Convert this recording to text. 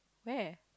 where